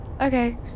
okay